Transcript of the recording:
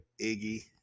Iggy